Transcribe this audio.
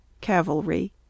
Cavalry